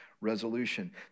resolution